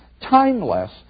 timeless